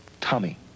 Tommy